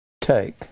take